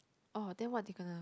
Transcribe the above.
orh then what you gonna